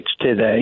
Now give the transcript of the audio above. today